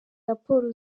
raporo